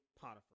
Potiphar